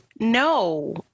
No